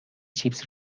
چیپس